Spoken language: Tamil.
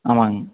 ஆமாங்க